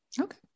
okay